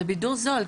זה בידור זול.